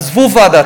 עזבו ועדה,